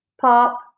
pop